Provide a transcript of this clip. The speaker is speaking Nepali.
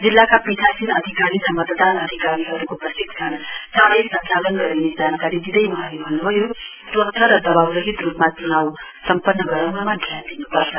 जिल्लाका पीठासीत अधिकारी र मतदान अधिकारीहरुको प्रशिक्षण चाँडै संचालन गरिने जानकारी दिदै वहाँले भन्नुभयो स्वच्छ र दबाउरहित रुपमा चुनाउ सम्पन्न गराउनामा ध्यान दिनुपर्छ